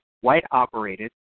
white-operated